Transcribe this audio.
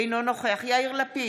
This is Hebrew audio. אינו נוכח יאיר לפיד,